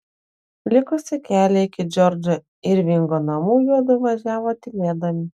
likusį kelią iki džordžo irvingo namų juodu važiavo tylėdami